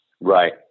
Right